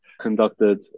conducted